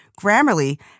Grammarly